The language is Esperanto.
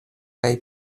kaj